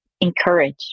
encourage